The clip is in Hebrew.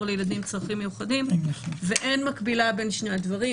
לילדים עם צרכים מיוחדים ואין מקבילה בין שני הדברים,